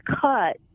cut